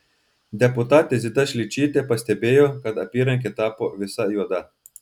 deputatė zita šličytė pastebėjo kad apyrankė tapo visa juoda